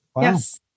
yes